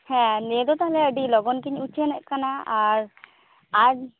ᱦᱮ ᱱᱤᱭᱟᱹᱫᱚ ᱛᱟᱦᱚᱞᱮ ᱟᱹᱰᱤ ᱞᱚᱜᱚᱱ ᱜᱤᱧ ᱩᱪᱷᱟᱹᱱᱮᱫ ᱠᱟᱱᱟ ᱟᱨ ᱟᱡ